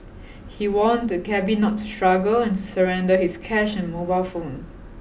he warned the cabby not to struggle and to surrender his cash and mobile phone